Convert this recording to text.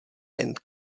and